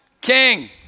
king